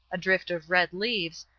a drift of red leaves,